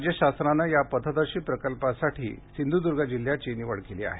राज्य शासनानं या पथदर्शी प्रकल्पासाठी सिंध्दर्ग जिल्ह्याची निवड केली आहे